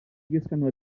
riescano